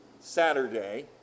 Saturday